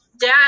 dad